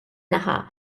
naħa